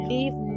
Leave